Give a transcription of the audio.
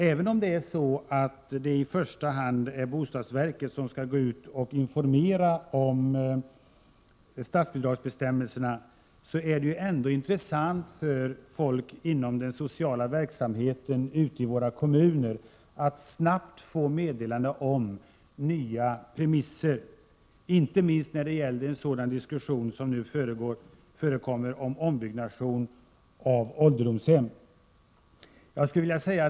Även om det i första hand är bostadsverket som skall informera om 32 statsbidragsbestämmelserna är det ju intressant för dem som är socialt verksamma ute i våra kommuner att snabbt få meddelande om nya premisser för verksamheten — inte minst när det gäller en sådan diskussion som nu förekommer rörande ombyggnad av ålderdomshem.